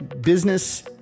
business